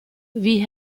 wie